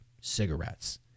Cigarettes